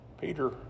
Peter